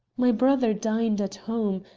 my brother dined at home.